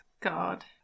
God